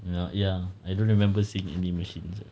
ya ya I don't remember seeing any machines